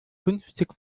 fünfzig